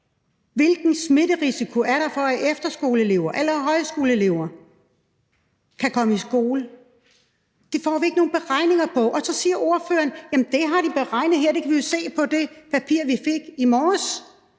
Hvilken smitterisiko er der ved, at efterskoleelever eller højskoleelever kan komme i skole? Det får vi ikke nogen beregninger på. Og så siger ordføreren: Jamen det har de beregnet her; det kan vi jo se på det papir, vi fik i morges.